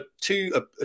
two